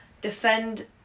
defend